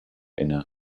inne